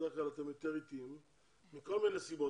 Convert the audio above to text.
בדרך כלל אתם יותר איטיים מכל מיני סיבות,